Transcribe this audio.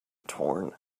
torn